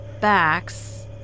backs